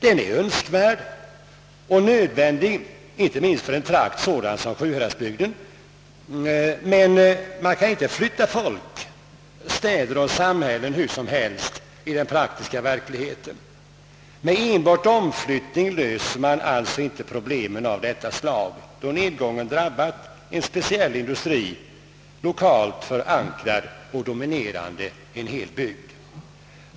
Denna är Öönskvärd och nödvändig, inte minst för en trakt som Sjuhäradsbygden. Men i den praktiska verkligheten kan man inte flytta folk, städer och samhällen hur som helst. Med enbart omflyttning löser man alltså inte problem av detta slag, då nedgången drabbar en speciell industri, lokalt förankrad och dominerande en hel bygd.